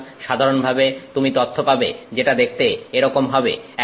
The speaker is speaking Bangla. সুতরাং সাধারণভাবে তুমি তথ্য পাবে যেটা দেখতে এরকম হবে